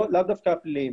לאו דווקא הפליליים.